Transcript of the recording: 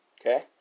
Okay